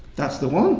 that's the